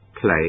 Play